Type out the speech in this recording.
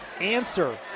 answer